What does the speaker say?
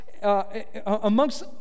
Amongst